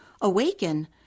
awaken